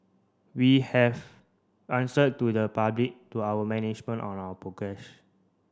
we have answer to the public to our management on our progress